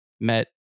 met